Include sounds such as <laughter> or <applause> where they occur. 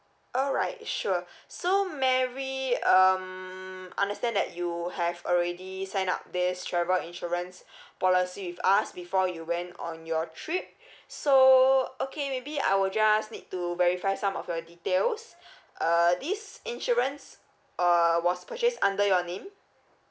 alright sure <breath> so mary um understand that you have already sign up this travel insurance <breath> policy with us before you went on your trip <breath> so okay maybe I will just need to verify some of your details <breath> uh this insurance uh was purchased under your name